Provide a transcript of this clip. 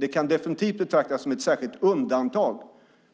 Det kan definitivt betraktas som ett särskilt undantag